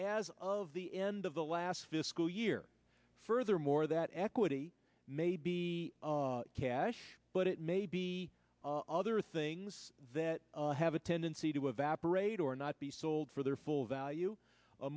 as of the end of the last fiscal year furthermore that equity may be cash but it may be other things that have a tendency to evaporate or not be sold for their full value a